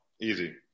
Easy